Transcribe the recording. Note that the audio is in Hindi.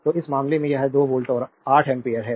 तो इस मामले में यह 2 वोल्ट और 8 एम्पीयर है